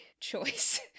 Choice